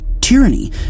Tyranny